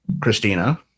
Christina